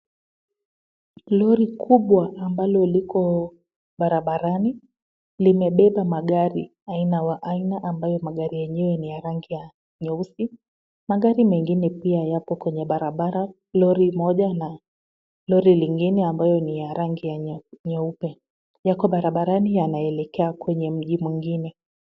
Lori kubwa ambalo liko barabarani limebeba magari ambayo aina yenyewe ni ya rangi ya nyeusi. Magari mengine pia yako kwenye barabara, lori moja na lori lingine ambayo ni ya rangi nyeupe, yako barabarani yanaelekea mji mwingine.